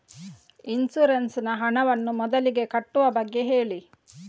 insurance ನ ಹಣವನ್ನು ಮೊದಲಿಗೆ ಕಟ್ಟುವ ಬಗ್ಗೆ ಹೇಳಿ